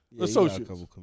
associates